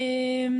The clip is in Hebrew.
אמר,